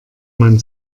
man